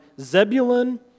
Zebulun